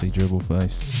Dribbleface